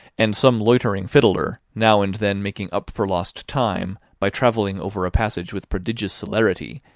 and some loitering fiddler now and then making up for lost time by travelling over a passage with prodigious celerity,